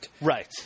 Right